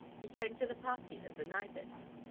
he came to the party at the knivetts'.